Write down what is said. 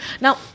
Now